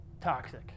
toxic